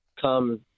come